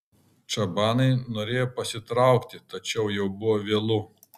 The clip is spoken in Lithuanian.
čabanai norėjo pasitraukti tačiau jau buvo vėlu